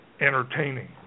entertaining